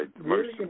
right